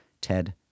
Ted